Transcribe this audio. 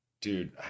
dude